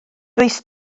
does